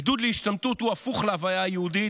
עידוד להשתמטות הוא הפוך להוויה היהודית,